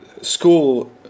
school